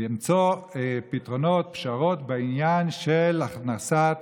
למצוא פתרונות, פשרות, בעניין של הכנסת